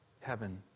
heaven